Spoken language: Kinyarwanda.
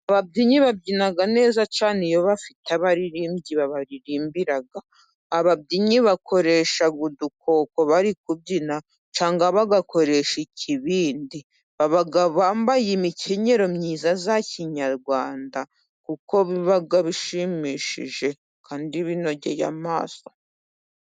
Ababyinnyi babyina neza cyane iyo bafite abaririmbyi babaririmbira. Ababyinnyi bakoresha udukoko bari kubyina，cyangwa bagakoresha ikibindi，agabo bambaye imikenyero myiza ya kinyarwanda，kuko biba bishimishije kandi binogeye amaso.